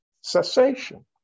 cessation